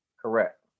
correct